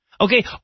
Okay